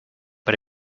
but